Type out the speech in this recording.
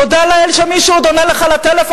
תודה לאל שמישהו עוד עונה לך לטלפון,